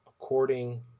according